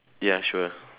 ya sure